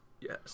Yes